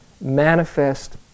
manifest